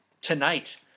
Tonight